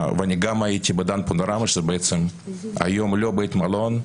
אני גם הייתי בדן פנורמה שהיום הוא לא בית מלון,